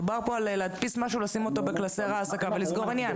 מדובר להדפיס משהו ולשים אותו בקלסר העסקה ולסגור עניין.